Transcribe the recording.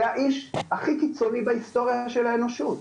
זה האיש הכי קיצוני בהיסטוריה של האנושות.